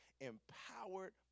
empowered